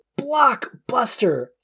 blockbuster